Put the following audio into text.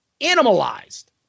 animalized